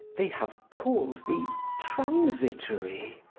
they have called thee transitory,